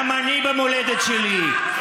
גם אני במולדת שלי.